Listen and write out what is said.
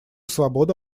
свобода